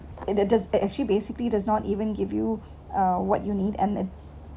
it it's a actually basically does not even give you uh what you need and